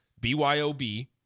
BYOB